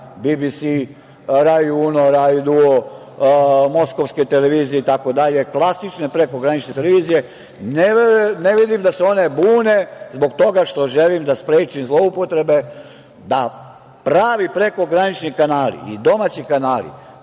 „BBS“, „Rai uno“, „Rai duo“, moskovske televizije itd, klasične prekogranične televizije. Ne vidim da se one bune zbog toga što želim da sprečim zloupotrebe da pravi prekogranični kanali i domaći kanali